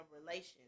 relations